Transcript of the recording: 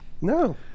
No